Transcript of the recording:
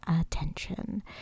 attention